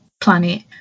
planet